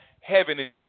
heaven